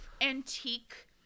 antique